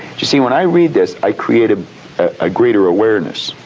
you see, when i read this, i create a ah greater awareness.